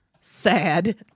Sad